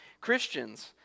Christians